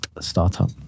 startup